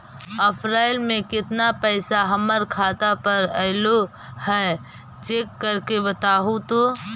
अप्रैल में केतना पैसा हमर खाता पर अएलो है चेक कर के बताहू तो?